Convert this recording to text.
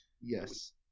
Yes